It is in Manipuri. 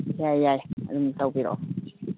ꯌꯥꯏ ꯌꯥꯏ ꯑꯗꯨꯝ ꯇꯧꯕꯤꯔꯛꯑꯣ